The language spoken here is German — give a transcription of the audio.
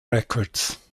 records